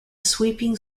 sweeping